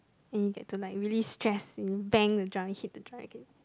and you get to like really stress and bang the drum hit the drum again